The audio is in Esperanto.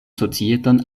societon